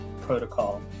protocol